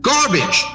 Garbage